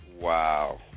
Wow